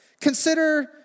consider